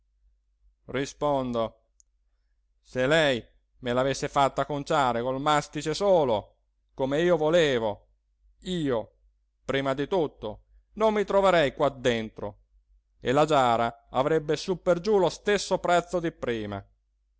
rispondo se lei me l'avesse fatta conciare col mastice solo com'io volevo io prima di tutto non mi troverei qua dentro e la giara avrebbe su per giù lo stesso prezzo di prima